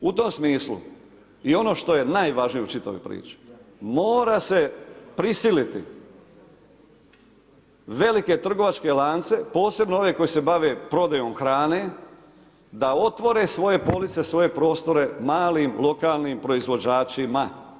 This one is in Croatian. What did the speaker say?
U tom smislu i ono što je najvažnije u čitavoj priči, mora se prisiliti velike trgovačke lance posebno one koji se bave prodajom hrane da otvore svoje police, svoje prostore malim lokalnim proizvođačima.